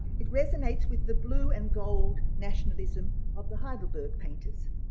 it resonates with the blue and gold nationalism of the heidelburg painters,